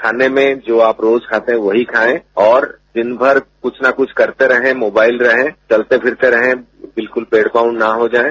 खाने में जो आप रोज खाते हैं वही खाएं और दिनमर कुछ न कुछ करते रहें मोबाइल रहे चलते फिरते रहें बिल्कुल डेड बाउंड न हो जाएं